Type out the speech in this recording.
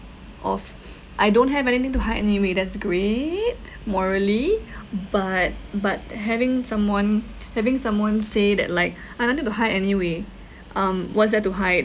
of I don't have anything to hide anyway that's great morally but but having someone having someone say that like I have nothing to hide anyway um what's there to hide